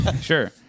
sure